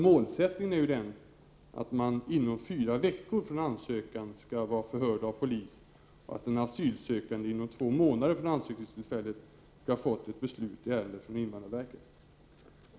Målsättningen är ju att den asylsökande inom fyra veckor från ansökningen skall ha förhörts av polisen och inom två månader ha fått ett beslut i ärendet från invandrarverket.